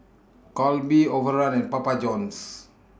Calbee Overrun and Papa Johns